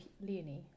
Leonie